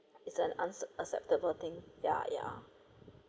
it's an unacceptable thing ya ya